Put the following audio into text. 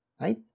Right